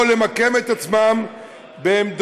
או למקם את עצמם בעמדות